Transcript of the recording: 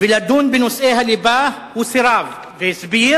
ולדון בנושאי הליבה, הוא סירב והסביר: